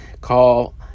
call